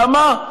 למה?